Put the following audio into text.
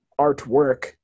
artwork